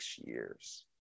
years